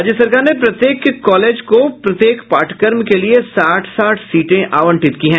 राज्य सरकार ने प्रत्येक कॉलेज को प्रत्येक पाठ्यक्रम के लिये साठ साठ सीटें आवंटित की है